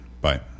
Bye